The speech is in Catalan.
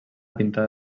pintada